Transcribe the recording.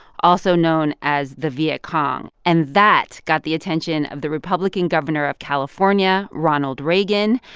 also known as the viet cong. and that got the attention of the republican governor of california, ronald reagan,